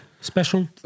Special